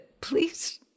Please